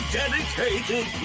dedicated